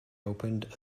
opened